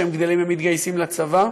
כשהם גדלים הם מתגייסים לצבא,